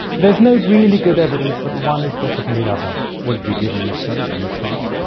there is no really good evidence that one is better than the other. what did you give in your study, in your trial?